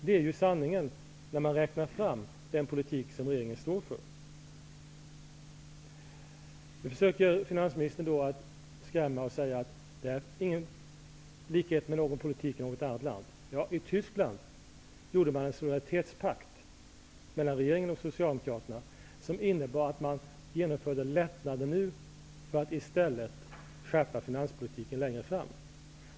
Det är sanningen när man räknar ut vad den politik som regeringen står för innebär längre fram. Nu försöker finansministern att skrämma oss och säga att den politik som förs inte har några likheter med politiken i något annat land. I Tyskland slöt man en solidaritetspakt mellan regeringen och Socialdemokraterna som innebar att man genomför lättnader nu för att i stället skärpa finanspolitiken längre fram.